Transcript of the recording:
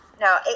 No